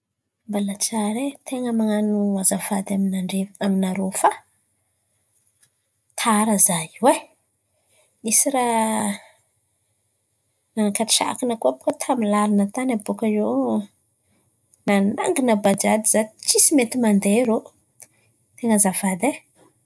Mbalatsara e, ten̈a ny man̈ano azafady aminandre aminarô fa tara izaho io e. Nisy ràha nan̈akatsan̈a koà bôkà tamin'ny làlan̈a tan̈y abôkà eo nanangan̈a bajaj izaho tsisy mety mandeha irô, ten̈a azafady e.